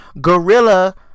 gorilla